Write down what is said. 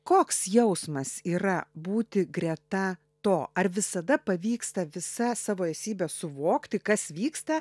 koks jausmas yra būti greta to ar visada pavyksta visa savo esybe suvokti kas vyksta